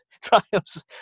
Triumphs